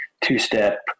two-step